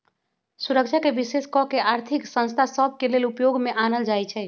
सुरक्षाके विशेष कऽ के आर्थिक संस्था सभ के लेले उपयोग में आनल जाइ छइ